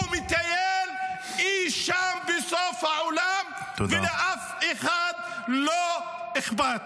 הוא מטייל אי שם בסוף העולם ולאף אחד לא אכפת.